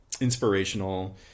inspirational